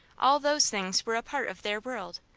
all those things were a part of their world,